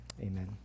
Amen